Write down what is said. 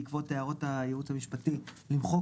בעקבות הערות הייעוץ המשפטי של הוועדה למחוק